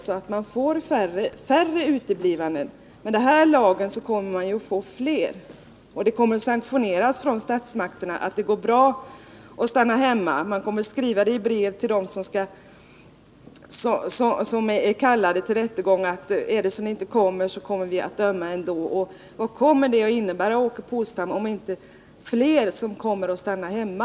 Med det nu föreliggande förslaget sanktionerar statsmakterna att det går bra att stanna hemma. I brev till dem som är kallade till rättegång kommer man att skriva att ”kommer ni inte, dömer vi ändå”. Vad kommer det att innebära, Åke Polstam, om inte att fler människor stannar hemma?